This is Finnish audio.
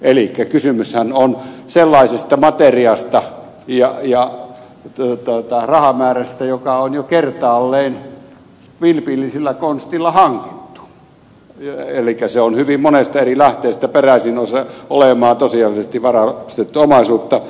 elikkä kysymyshän on sellaisesta materiasta ja rahamäärästä joka on jo kertaalleen vilpillisellä konstilla hankittu elikkä se on hyvin monesta eri lähteestä peräisin ja se tulee olemaan tosiasiallisesti varastettua omaisuutta